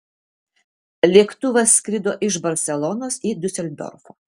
lėktuvas skrido iš barselonos į diuseldorfą